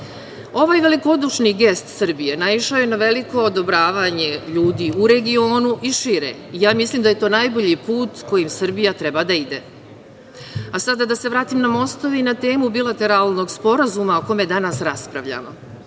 velikodušni gest Srbije naišao je na veliko odobravanje ljudi u regionu i šire. Ja mislim da je to najbolji put kojim Srbija treba da ide. Sada da se vratim na mostove i na temu bilateralnog sporazuma o kome danas raspravljamo.